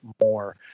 more